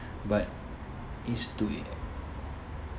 but it's to